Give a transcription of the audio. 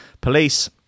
police